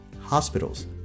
hospitals